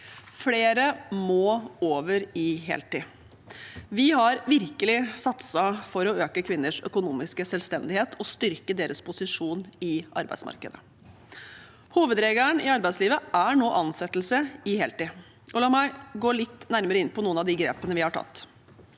Flere må over på heltid. Vi har virkelig satset for å øke kvinners økonomiske selvstendighet og styrke deres posisjon i arbeidsmarkedet. Hovedregelen i arbeidslivet er nå ansettelse på heltid, og la meg gå litt nærmere inn på noen av grepene vi har tatt.